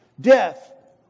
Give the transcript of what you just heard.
death